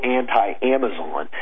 anti-Amazon